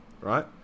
right